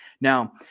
Now